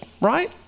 right